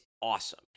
awesome